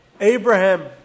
Abraham